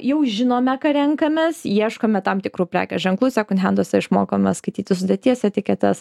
jau žinome ką renkamės ieškome tam tikrų prekės ženklų sekon henduose išmokome skaityti sudėties etiketes